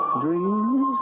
dreams